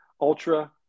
ultra